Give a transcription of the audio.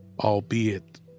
albeit